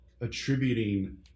attributing